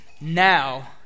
now